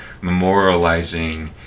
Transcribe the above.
memorializing